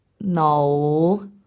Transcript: No